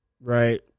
right